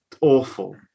awful